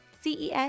CES